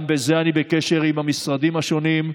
גם בזה אני בקשר עם המשרדים השונים,